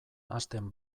hasten